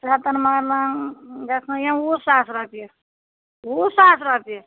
یوٚتن یوٚتن وُہ ساس رۄپیہِ وُہ ساس رۄپیہِ